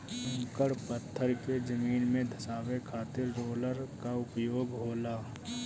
कंकड़ पत्थर के जमीन में धंसावे खातिर रोलर कअ उपयोग होला